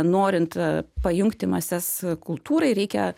norint pajungti mases kultūrai reikia